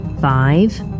Five